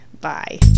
Bye